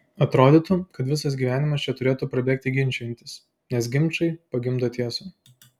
atrodytų kad visas gyvenimas čia turėtų prabėgti ginčijantis nes ginčai pagimdo tiesą